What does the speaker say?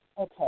Okay